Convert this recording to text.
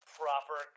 proper